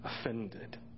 offended